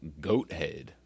Goathead